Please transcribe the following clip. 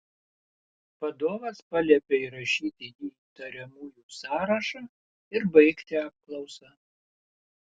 vadovas paliepė įrašyti jį į įtariamųjų sąrašą ir baigti apklausą